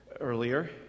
earlier